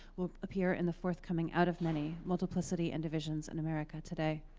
will appear in the forthcoming, out of many multiplicity and divisions in america today.